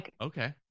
Okay